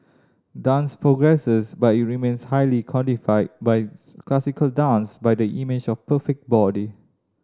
dance progresses but it remains highly codified by classical dance by the image of the perfect body